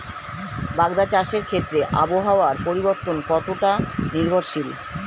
বাগদা চাষের ক্ষেত্রে আবহাওয়ার পরিবর্তন কতটা নির্ভরশীল?